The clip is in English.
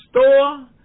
store